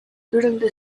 durante